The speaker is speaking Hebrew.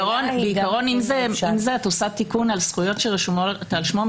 בעיקרון אם את עושה תיקון על זכויות שרשומות על שמו,